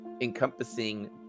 encompassing